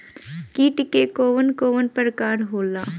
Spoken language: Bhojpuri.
कीट के कवन कवन प्रकार होला?